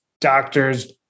doctors